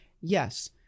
yes